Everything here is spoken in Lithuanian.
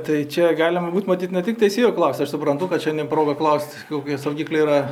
tai čia galima būt matyt ne tik teisėjų klaust aš suprantu kad šiandien proga klaust kokie saugikliai yra